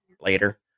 later